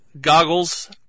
goggles